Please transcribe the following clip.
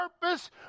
purpose